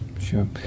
Sure